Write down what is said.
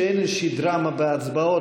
שאין איזושהי דרמה בהצבעות,